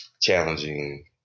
challenging